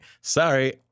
Sorry